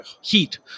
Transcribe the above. heat